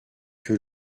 que